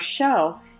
show